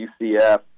UCF